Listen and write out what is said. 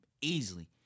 Easily